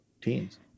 teens